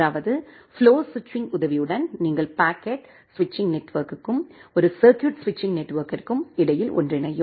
அதாவது ஃப்ளோ ஸ்விட்சிங் உதவியுடன் நீங்கள் பாக்கெட் ஸ்விட்சிங் நெட்வொர்க்குக்கும் ஒரு சர்கியூட் ஸ்விட்சிங் நெட்வொர்க்குக்கும் இடையில் ஒன்றிணையும்